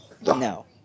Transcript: No